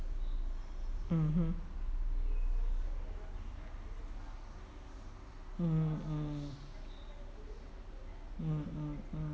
mm mm mmhmm mm mm mm